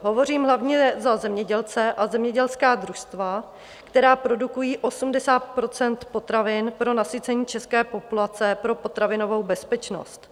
Hovořím hlavně za zemědělce a zemědělská družstva, která produkují 80 % potravin pro nasycení české populace pro potravinovou bezpečnost.